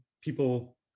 people